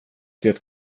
det